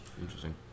Interesting